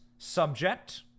subject